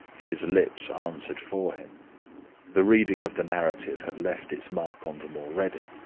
his lips answered for him the reading of the narrative had left its mark on them already.